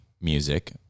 music